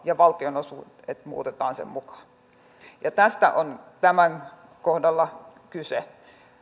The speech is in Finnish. ja valtionosuudet muutetaan sen mukaan ja tästä on tämän kohdalla kyse